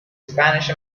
spanish